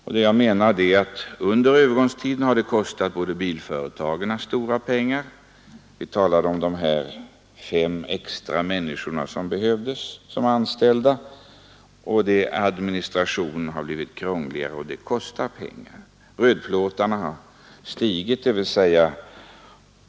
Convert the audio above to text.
Jag har menat att det under övergångstiden har kostat bilföretagen stora pengar — jag nämnde de fem extra människorna som behövde anställas. Administrationen har också blivit krångligare, och sådant kostar pengar. Antalet rödplåtar har stigit.